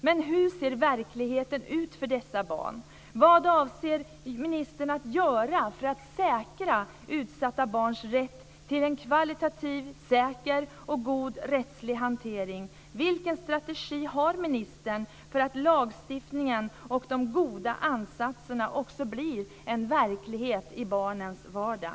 Men hur ser verkligheten ut för dessa barn? Vad avser ministern att göra för att säkra utsatta barns rätt till en kvalitativ, säker och god rättslig hantering? Vilken strategi har ministern för att lagstiftningen och de goda ansatserna också blir en verklighet i barnens vardag?